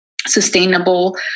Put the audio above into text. sustainable